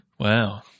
Wow